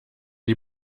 die